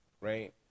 right